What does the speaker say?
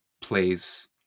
plays